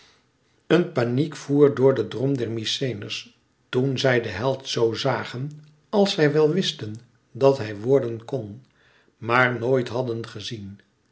een paniek voer door den drom der mykenæërs toen zij den held zoo zagen als zij wel wisten dat hij worden kon maar nooit hadden gezien